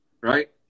Right